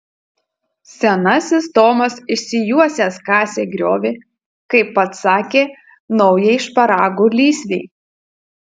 senasis tomas išsijuosęs kasė griovį kaip pats sakė naujai šparagų lysvei